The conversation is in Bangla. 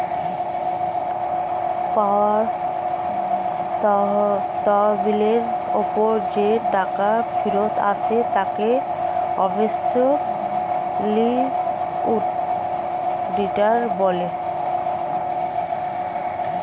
পাওয়া তহবিলের ওপর যেই টাকা ফেরত আসে তাকে অ্যাবসোলিউট রিটার্ন বলে